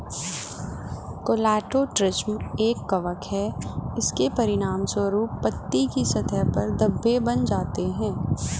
Colletotrichum एक कवक है, इसके परिणामस्वरूप पत्ती की सतह पर धब्बे बन जाते हैं